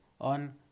on